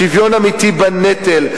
שוויון אמיתי בנטל.